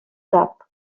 cap